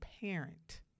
parent